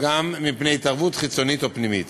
גם מפני התערבות חיצונית או פנימית.